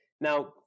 Now